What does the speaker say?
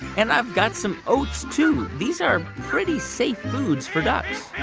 and i've got some oats, too. these are pretty safe foods for ducks